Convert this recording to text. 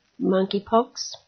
monkeypox